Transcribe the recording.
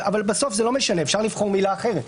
אבל בסוף זה לא משנה כי אפשר לבחור מילה אחרת.